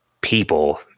people